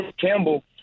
Campbell